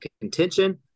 contention